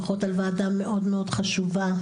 ברכות על וועדה מאוד מאוד חשובה,